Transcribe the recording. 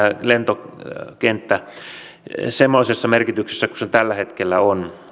lentokenttä lakkaisi semmoisessa merkityksessä kuin se tällä hetkellä on